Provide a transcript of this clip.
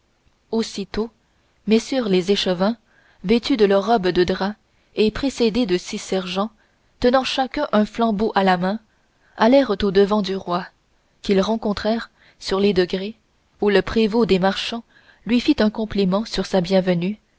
aussitôt mm les échevins vêtus de leurs robes de drap et précédés de six sergents tenant chacun un flambeau à la main allèrent au-devant du roi qu'ils rencontrèrent sur les degrés où le prévôt des marchands lui fit compliment sur sa bienvenue